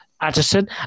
Addison